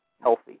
healthy